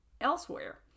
elsewhere